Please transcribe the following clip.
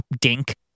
Dink